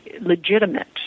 legitimate